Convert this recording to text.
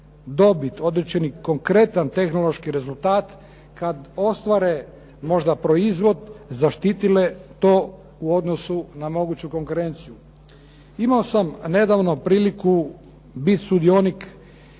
dobit, određeni konkretan tehnološki rezultat, kad ostvare možda proizvod, zaštitile to u odnosu na moguću konkurenciju. Imao sam nedavno priliku bit sudionik